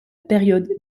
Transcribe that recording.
période